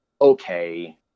okay